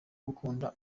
gukunda